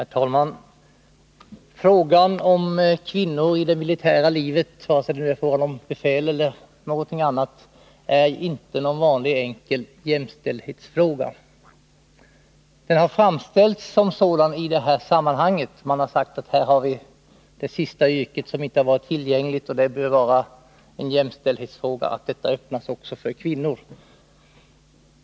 Herr talman! Frågan om kvinnor i det militära livet, vare sig det är fråga om befäl eller något annat, är inte någon vanlig, enkel jämställdhetsfråga. Den har framställts som en sådan i det här sammanhanget. Man har sagt oss att vi här har det sista yrket som inte blivit tillgängligt för kvinnor och att det därför bör vara en jämställdhetsfråga att det öppnas även för kvinnor.